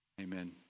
amen